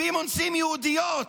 ערבים אונסים יהודיות.